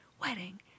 wedding